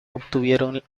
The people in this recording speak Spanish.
obtuvieron